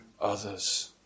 others